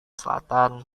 selatan